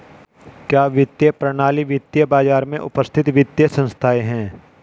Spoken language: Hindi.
क्या वित्तीय प्रणाली वित्तीय बाजार में उपस्थित वित्तीय संस्थाएं है?